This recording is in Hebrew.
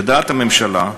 לדעת הממשלה,